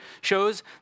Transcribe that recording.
shows